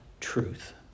truth